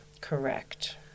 Correct